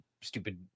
stupid